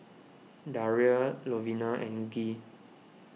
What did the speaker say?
Daria Lovina and Gee